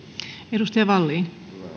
arvoisa puhemies ensinnäkin kiitos puheenjohtaja